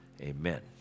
Amen